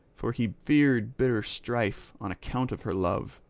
for he feared bitter strife on account of her love.